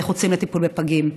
הנחוצים לטיפול בפגים.